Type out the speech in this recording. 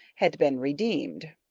had been redeemed.